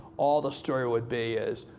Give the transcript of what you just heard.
all the story would be is,